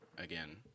again